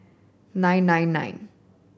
nine nine nine